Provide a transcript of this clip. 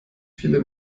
viele